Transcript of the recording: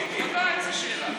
ודאי, איזו שאלה.